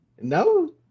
no